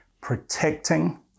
protecting